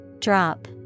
Drop